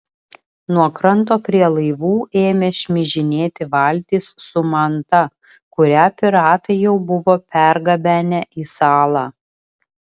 nuo kranto prie laivų ėmė šmižinėti valtys su manta kurią piratai jau buvo pergabenę į salą